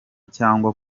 cyangwa